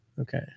Okay